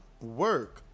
work